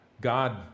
God